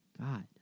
God